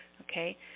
okay